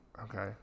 Okay